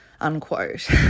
unquote